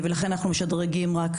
אדבר על הישוב שלנו.